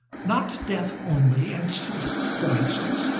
not death only and sleep, for instance,